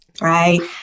right